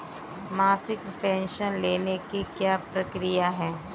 मासिक पेंशन लेने की क्या प्रक्रिया है?